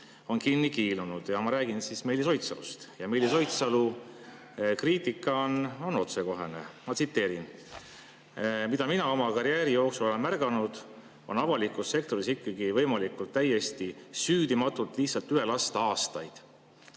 on kinni kiilunud. Ma räägin Meelis Oidsalust. Tema kriitika on otsekohene. Ma tsiteerin: "Mida mina oma karjääri jooksul olen märganud, et avalikus sektoris on ikkagi võimalik täiesti süüdimatult lihtsalt üle lasta aastaid.